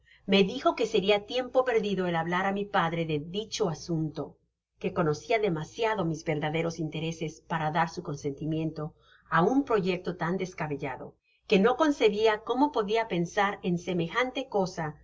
me dijo que seria tiempo perdido el hablar á mi padre de dicho asunto que conocia demasiado mis verdaderos intereses para dar su consentimiento á un proyecto tan descabellado que no concebia cómo podia pensar en semejante cosa